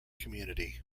community